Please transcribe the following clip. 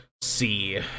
see